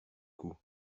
coup